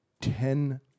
ten